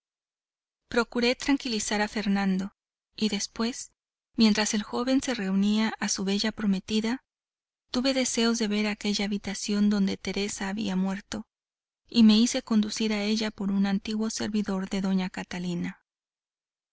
procuré tranquilizar a fernando y después mientras el joven se reunía a su bella prometida tuve deseos de ver aquella habitación donde teresa había muerto y me hice conducir a ella por un antiguo servidor de doña catalina